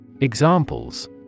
Examples